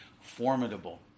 formidable